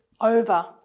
over